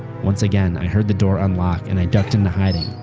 once again, i heard the door unlock and i ducked into hiding.